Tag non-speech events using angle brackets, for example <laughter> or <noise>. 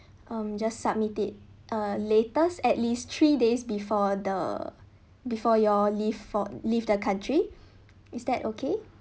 um just submit it uh latest at least three days before the before y'all leave for leave the country <breath> is that okay